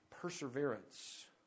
perseverance